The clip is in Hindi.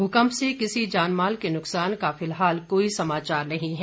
भूकंप से किसी जान माल के नुकसान का फिलहाल कोई समाचार नहीं है